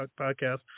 podcast